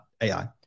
AI